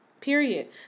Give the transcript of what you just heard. period